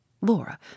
Laura